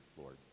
Lord